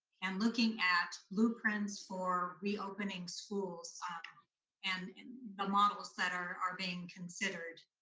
and looking at blueprints for reopening schools and and the models that are are being considered